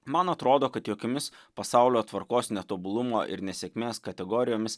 man atrodo kad jokiomis pasaulio tvarkos netobulumo ir nesėkmės kategorijomis